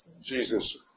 Jesus